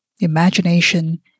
imagination